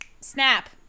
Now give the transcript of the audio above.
Snap